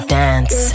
dance